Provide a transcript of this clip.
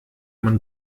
man